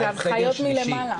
זה הנחיות מלמעלה.